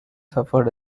suffered